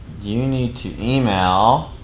you need to email